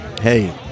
hey